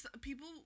people